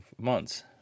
months